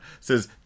Says